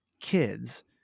kids